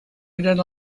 eren